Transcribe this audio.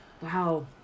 Wow